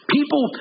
People